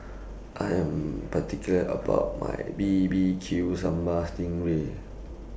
I Am particular about My B B Q Sambal Sting Ray